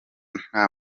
nta